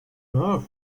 earth